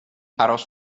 aros